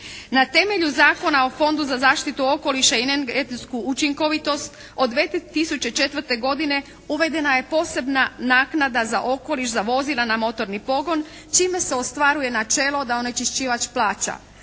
Na temelju Zakona o Fondu za zaštitu okoliša i energetsku učinkovitost od 2004. godine uvedena je posebna naknada za okoliš za vozila na motorni pogon čime se ostvaruje načelo onečišćivač plaća